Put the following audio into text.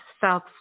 South